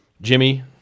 Jimmy –